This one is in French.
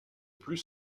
plus